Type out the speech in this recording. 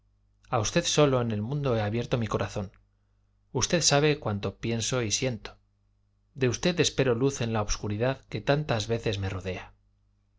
a usted solo en el mundo he abierto mi corazón usted sabe cuanto pienso y siento de usted espero luz en la obscuridad que tantas veces me rodea